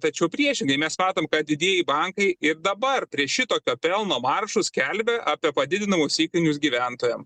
tačiau priešingai mes matom kad didieji bankai ir dabar prie šitokio pelno maržų skelbia apie padidinamus įkainius gyventojam